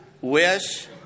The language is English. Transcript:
Wish